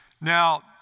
Now